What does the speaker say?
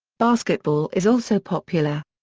basketball is also popular.